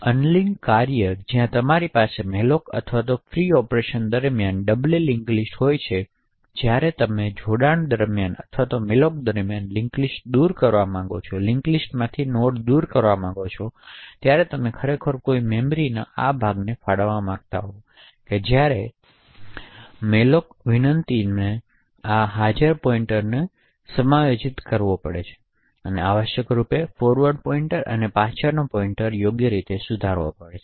તેથી અનલિંક કાર્ય જ્યાં તમારી પાસે malloc અથવા free ઓપરેશન દરમ્યાન ડબલ લિન્ક લિસ્ટ હોય છે જ્યારે તમે જોડાણ દરમિયાન અથવા malloc દરમિયાન લિન્ક લિસ્ટ દૂર કરવા માંગો ત્યારે તમે ખરેખર કોઈ મેમરીના આ ભાગને ફાળવવા માંગતા હો ત્યારે તમારે મેલોક વિનંતીને આ હાજર પોઇંટરોને સમાયોજિત કરવો પડશે તેથી આવશ્યક રૂપે ફોરવર્ડ પોઇન્ટર અને પાછળનો પોઇન્ટર યોગ્ય રીતે સુધારવો જોઈએ